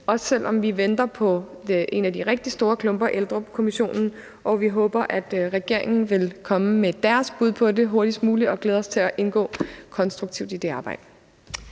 også selv om vi venter på en af de rigtig store klumper, nemlig Eldrupkommissionen, og vi håber, at regeringen vil komme med deres bud på det hurtigst muligt, og vi glæder os til at indgå konstruktivt i det arbejde.